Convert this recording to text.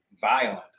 violent